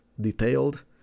detailed